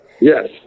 Yes